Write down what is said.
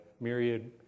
Myriad